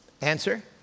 Answer